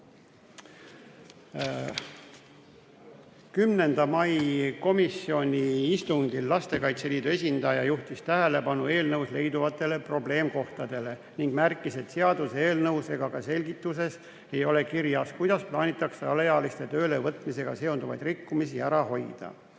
10. mai istungil juhtis Lastekaitse Liidu esindaja tähelepanu eelnõus leiduvatele probleemkohtadele ning märkis, et ei seaduseelnõus ega ka selgituses ei ole kirjas, kuidas plaanitakse alaealiste töölevõtmisega seonduvaid rikkumisi ära hoida.